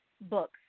books